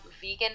vegan